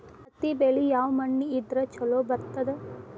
ಹತ್ತಿ ಬೆಳಿ ಯಾವ ಮಣ್ಣ ಇದ್ರ ಛಲೋ ಬರ್ತದ?